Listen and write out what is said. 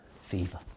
fever